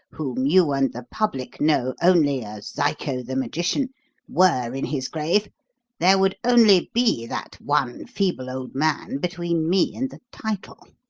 whom you and the public know only as zyco the magician were in his grave there would only be that one feeble old man between me and the title.